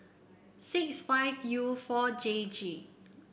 six five U four J G